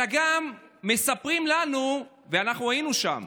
אלא גם מספרים לנו, ואנחנו היינו שם,